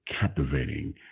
captivating